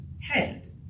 head